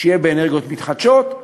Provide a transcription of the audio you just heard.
באנרגיות מתחדשות.